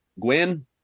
Gwen